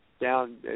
Down